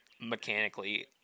mechanically